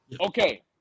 Okay